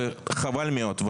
וחבל מאוד.